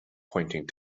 pointing